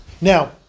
Now